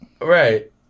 Right